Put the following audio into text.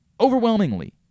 Overwhelmingly